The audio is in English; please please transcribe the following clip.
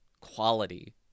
quality